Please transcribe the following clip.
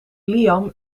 liam